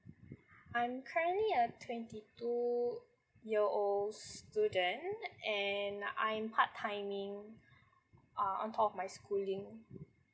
I'm currently a twenty two year old student and I'm part timing uh on top of my schooling